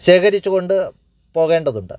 ശേഖരിച്ചു കൊണ്ട് പോകേണ്ടതുണ്ട്